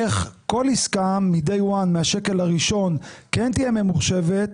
איך כל עסקה מהשקל הראשון כן תהיה ממוחשבת,